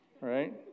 right